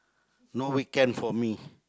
no weekend for me